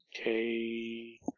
Okay